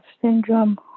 syndrome